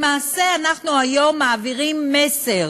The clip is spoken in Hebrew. למעשה, אנחנו היום מעבירים מסר